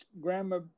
Grandma